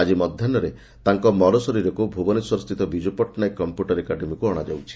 ଆକି ମଧାହୁରେ ତାଙ୍କ ମରଶରୀରକୁ ଭୁବନେଶ୍ୱର ବିଜୁପଟ୍ଟନାୟକ କମ୍ପୁଟର ଏକାଡେମୀକୁ ଅଣାଯାଉଛି